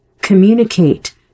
communicate